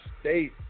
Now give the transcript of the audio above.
state